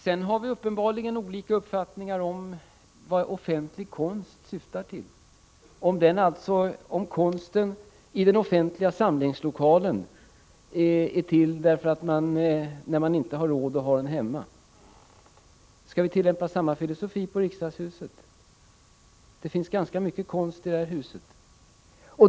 Vi har uppenbarligen olika uppfattningar om vad offentlig konst syftar till — om konsten i den offentliga samlingslokalen är till för att man skall se den när man inte har råd att ha den hemma. Skall vi tillämpa samma filosofi på riksdagshuset? Det finns ganska mycket konst i det här huset.